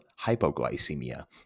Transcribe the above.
hypoglycemia